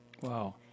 Wow